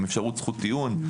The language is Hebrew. עם אפשרות זכות טיעון.